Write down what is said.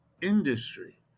industry